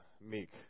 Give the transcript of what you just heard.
meek